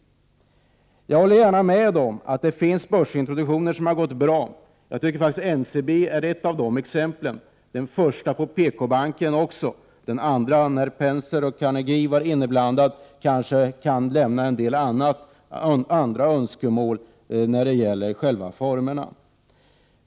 Jag håller gärna med om att det finns börsintroduktioner som har gått bra. Jag tycker faktiskt att NCB är ett av de exemplen, liksom den första rörande PKbanken. Den andra, när Penser och Carnegie var inblandade, kanske kan lämna en del övrigt att önska då det gäller formerna.